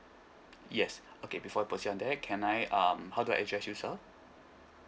yes okay before proceed on that can I um how do I address you sir